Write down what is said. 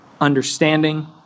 understanding